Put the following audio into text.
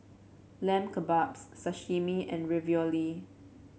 Lamb Kebabs Sashimi and Ravioli